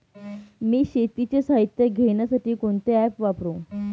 मी शेतीचे साहित्य घेण्यासाठी कोणते ॲप वापरु?